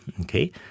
okay